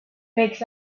makes